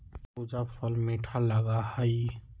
खरबूजा फल मीठा लगा हई